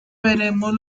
veremos